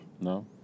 No